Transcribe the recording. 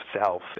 self